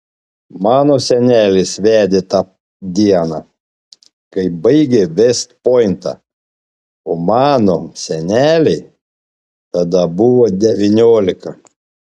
mano senelis vedė tą dieną kai baigė vest pointą o mano senelei tada buvo devyniolika